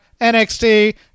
nxt